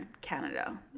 canada